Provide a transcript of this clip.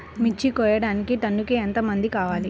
మిర్చి కోయడానికి టన్నుకి ఎంత మంది కావాలి?